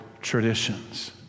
traditions